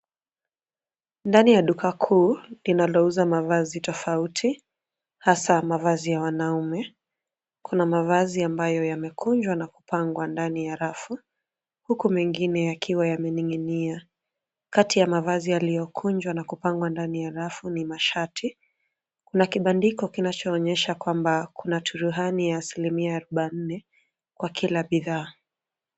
Ndani ya dukakuu linalouza mavazi tofauti hasa mavazi ya wanaume. Kuna mavazi ambayo yamekunjwa na kupangwa ndani ya rafu huku mengine yakiwa yamening'inia. kati ya mavazi yaliyokunjwa na kupangwa ndani ya rafu ni mashati. Kuna kibandiko kinachoonyesha kwamba kuna turuhani ya asilimia arobaini kwa kila bidhaa.